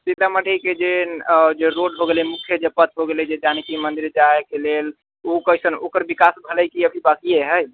सीतामढ़ीके जे जे रोड भऽ गेलै मुख्य जे पथ हो गेलै जे जानकी मन्दिर जाइके लेल ओ कइसन ओकर विकास भेलै कि अभी बाकिए हय